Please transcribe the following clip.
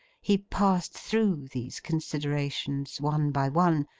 he passed through these considerations one by one,